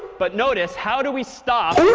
but notice how do we stop